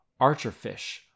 archerfish